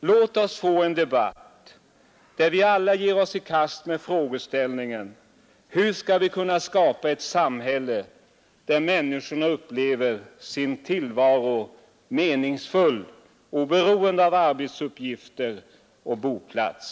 Låt oss få en debatt där vi alla ger oss i kast med frågeställningen: hur skall vi kunna skapa ett samhälle där människorna upplever sin tillvaro som meningsfull oberoende av arbetsuppgifter och boplats?